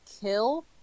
kill